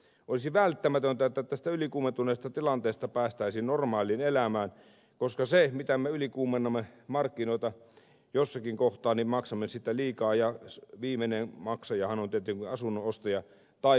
olisi välttämätöntä että tästä ylikuumentuneesta tilanteesta päästäisiin normaaliin elämään koska siitä mitä me ylikuumennamme markkinoita jossakin kohtaa maksamme liikaa ja viimeinen maksajahan on tietysti asunnonostaja tai vuokranmaksaja